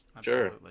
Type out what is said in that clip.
sure